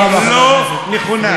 היא לא נכונה.